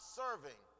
serving